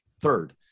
third